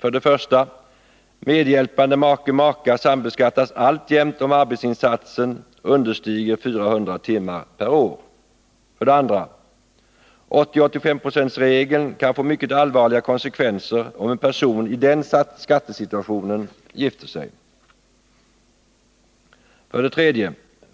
2. 80/85-procentregeln kan få mycket allvarliga konsekvenser om en person i den skattesituationen gifter sig. 3.